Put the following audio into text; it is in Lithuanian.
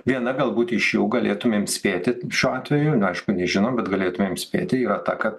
viena galbūt iš jų galėtumėm spėti šiuo atveju na aišku nežinom kad galėtumėm spėti yra ta kad